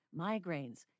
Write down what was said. migraines